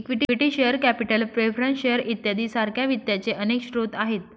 equity share capital preference shares इत्यादी सारख्या वित्ताचे अनेक स्रोत आहेत